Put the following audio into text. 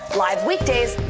live weekdays,